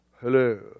Hello